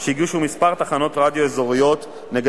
אה,